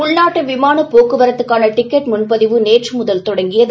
உள்றாட்டு விமானப் போக்குவரத்துக்கான டிக்கெட் முன்பதிவு நேற்று முதல் தொடங்கியது